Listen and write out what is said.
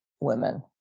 women